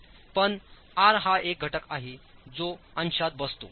पण आर हा एक घटक आहे जो अंशात बसतो